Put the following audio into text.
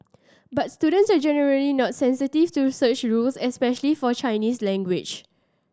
but students are generally not sensitive to such rules especially for Chinese language